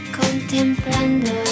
contemplando